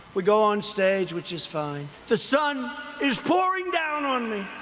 we go onstage, which is fine. the sun is pouring down on me,